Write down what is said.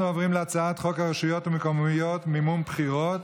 אנחנו עוברים להצעת חוק הרשויות המקומיות (מימון בחירות),